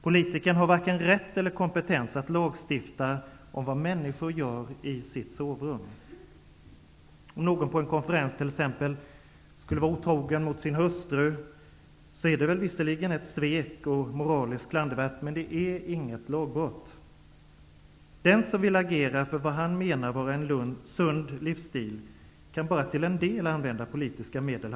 Politikern har varken rätt eller kompetens att lagstifta om vad människor gör i sina sovrum. Om någon på en konferens, t.ex., är otrogen mot sin hustru är det visserligen ett svek och moraliskt klandervärt, men det är inget lagbrott. Den som vill agera för vad han menar vara en sund livsstil kan bara till en del använda politiska medel.